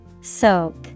Soak